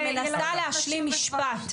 אני מנסה להשלים משפט.